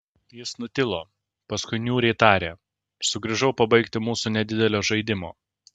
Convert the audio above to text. jis nutilo paskui niūriai tarė sugrįžau pabaigti mūsų nedidelio žaidimo